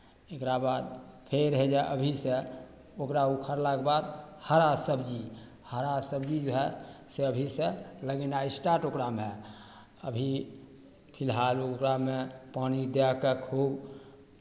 ओकरा बाद फेर हए जे अभीसँ ओकरा उखाड़लाके बाद हरा सबजी हरा सबजी जे हए से अभीसँ लगेनाय स्टार्ट ओकरामे अभी फिलहाल ओकरामे पानि दए कऽ खूब